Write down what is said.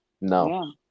No